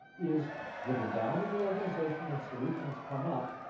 is driven down in the organization and solutions come up.